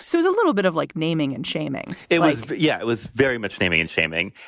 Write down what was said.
so was a little bit of like naming and shaming. it was, yeah, it was very much naming and shaming.